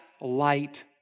light